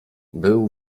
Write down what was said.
był